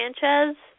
Sanchez